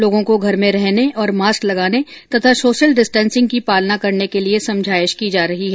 लोगों को घर में रहने और मास्क लगाने तथा सोशल डिस्टेन्सिंग की पालना करने के लिए समझाइश की जा रही है